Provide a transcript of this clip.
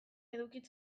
eduki